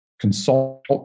Consult